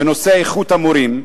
בנושא איכות המורים,